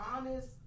honest